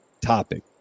topic